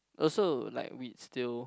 also like we'd still